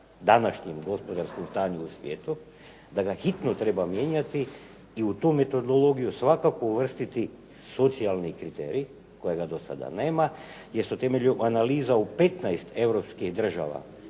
današnjem gospodarskom stanju u svijetu, da ga hitno treba mijenjati i u tu metodologiju svakaki uvrstiti socijalni kriterij kojega do sada nema. Jer su temeljem analiza u 15 europskih država